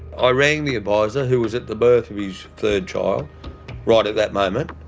ah rang the adviser, who was at the birth of his third child right at that moment,